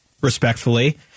Respectfully